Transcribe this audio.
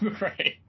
Right